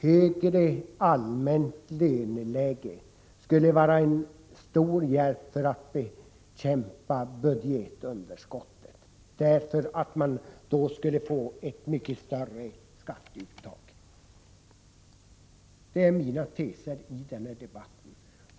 Högre allmänt löneläge skulle vara en stor hjälp för att bekämpa budgetunderskottet, eftersom man då skulle få ett mycket större skatteuttag. Detta är mina teser i den här debatten.